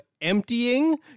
emptying